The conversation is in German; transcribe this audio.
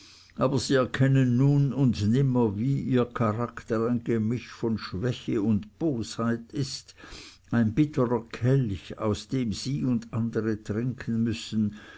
aber sie erkennen nun und nimmer wie ihr charakter ein gemisch von schwäche und bosheit ist ein bitterer kelch aus dem sie und andere trinken müssen